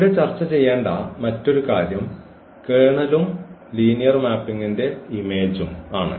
ഇവിടെ ചർച്ച ചെയ്യേണ്ട മറ്റൊരു കാര്യം കേർണലും ലീനിയർ മാപ്പിംഗിന്റെ ഇമേജും ആണ്